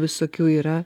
visokių yra